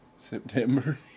September